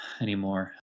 anymore